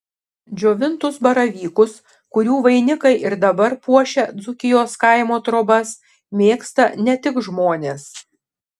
džiovintus baravykus kurių vainikai ir dabar puošia dzūkijos kaimo trobas mėgsta ne tik žmonės